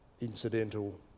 incidental